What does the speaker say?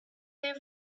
their